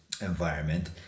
environment